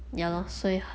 ya